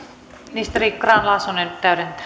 ministeri grahn laasonen täydentää